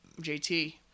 JT